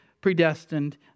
predestined